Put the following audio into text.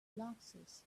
classes